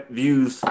views